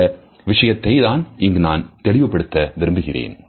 இந்த விஷயத்தை தான் இங்கு நான் தெளிவுபடுத்த விரும்புகிறேன்